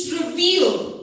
revealed